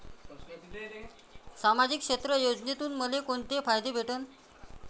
सामाजिक क्षेत्र योजनेतून मले कोंते फायदे भेटन?